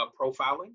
profiling